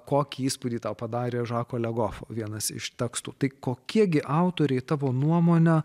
kokį įspūdį tau padarė žako legofo vienas iš tekstų tai kokie gi autoriai tavo nuomone